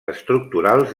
estructurals